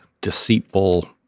deceitful